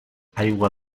aigua